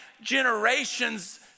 generations